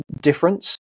difference